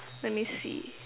let me see